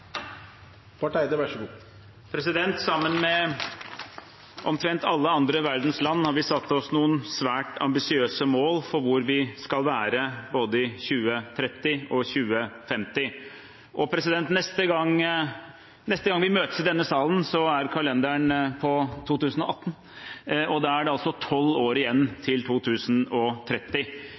Sammen med omtrent alle andre verdens land har vi satt oss noen svært ambisiøse mål for hvor vi skal være i både 2030 og 2050. Neste gang vi møtes i denne salen, viser kalenderen 2018, og da er det altså 12 år igjen til 2030.